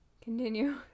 Continue